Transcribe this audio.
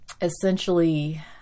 essentially